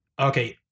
Okay